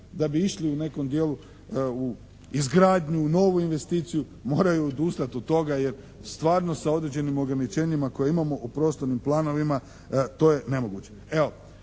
da bi išli u nekom dijelu u izgradnju, novu investiciju moraju odustati od toga jer stvarno sa određenim ograničenjima koja imamo u prostornim planovima to je nemoguće.